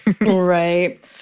Right